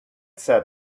sat